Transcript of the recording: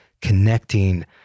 connecting